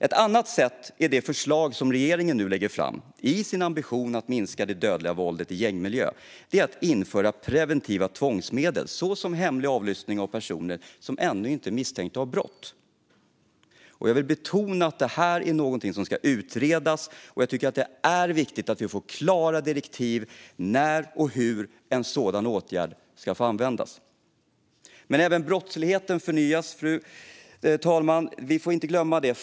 Ett annat sätt är det förslag som regeringen nu lägger fram i sin ambition att minska det dödliga våldet i gängmiljö. Det är att införa preventiva tvångsmedel såsom hemlig avlyssning av personer som ännu inte är misstänkta för brott. Jag vill betona att det är någonting som ska utredas. Det är viktigt att vi får klara direktiv om när och hur en sådan åtgärd ska få användas. Fru talman! Även brottsligheten förnyas. Vi går inte glömma det.